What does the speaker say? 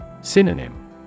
Synonym